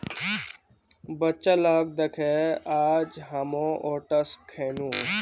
बच्चा लाक दखे आइज हामो ओट्स खैनु